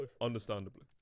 understandably